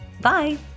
Bye